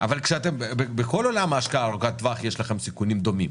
אבל כשאתם בכל עולם ההשקעה ארוכת הטווח יש לכם סיכונים דומים,